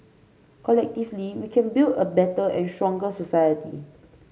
collectively we can build a better and stronger society